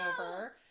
over